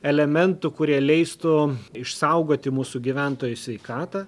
elementų kurie leistų išsaugoti mūsų gyventojų sveikatą